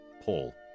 Paul